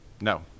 No